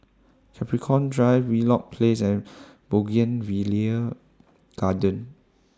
Capricorn Drive Wheelock Place and Bougainvillea Garden